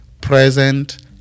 present